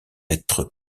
être